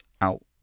out